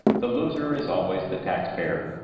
the loser is always the taxpayer.